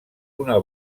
una